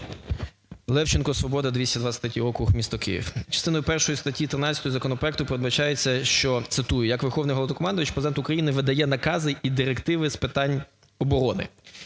Левченко, "Свобода", 223 округ, місто Київ. Частиною першою статті 13 законопроекту передбачається, що, цитую: "Як Верховний Головнокомандувач Президент України видає накази і директиви з питань оборони".